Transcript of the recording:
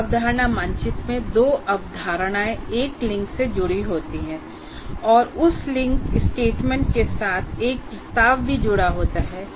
एक अवधारणा मानचित्र में दो अवधारणाएं एक लिंक से जुड़ी होती हैं और उस लिंक स्टेटमेंट के साथ एक प्रस्ताव भी जुड़ा होता है